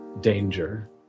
danger